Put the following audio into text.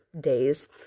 days